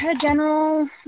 general